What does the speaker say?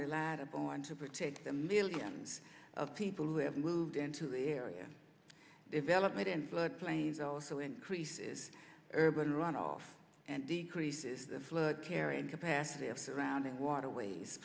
rely on to protect the millions of people who have moved into the area development and flood plains also increases urban runoff and decreases the flood carrying capacity of surrounding waterways